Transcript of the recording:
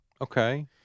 Okay